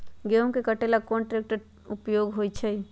गेंहू के कटे ला कोंन ट्रेक्टर के उपयोग होइ छई?